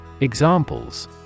Examples